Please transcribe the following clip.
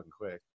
quick